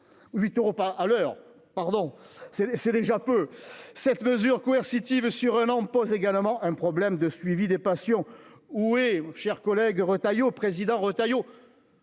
euros pas à l'heure, pardon, c'est c'est déjà peu cette mesure coercitive sur un an, pose également un problème de suivi des patients ou est chers collègue Retailleau président Retailleau.